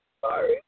Sorry